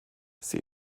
sie